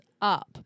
up